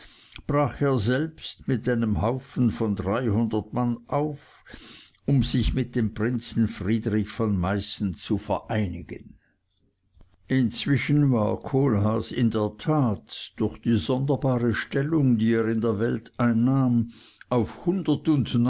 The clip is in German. brach er selbst mit einem haufen von dreihundert mann auf um sich mit dem prinzen friedrich von meißen zu vereinigen inzwischen war kohlhaas in der tat durch die sonderbare stellung die er in der welt einnahm auf